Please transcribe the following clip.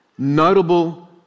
Notable